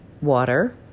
water